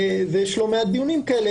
ויש לא מעט דיונים כאלה,